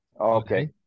Okay